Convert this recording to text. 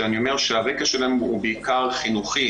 שאני אומר שהרקע שלנו הוא בעיקר חינוכי-טיפולי,